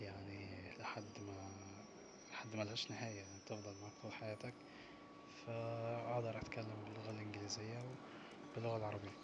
يعني لحد م لحد مالهاش نهاية يعني طول حياتك ف اقدر اتكلم باللغة الإنجليزية وباللغة العربية